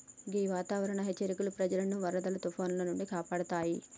గీ వాతావరనం హెచ్చరికలు ప్రజలను వరదలు తుఫానాల నుండి కాపాడుతాయి